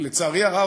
לצערי הרב,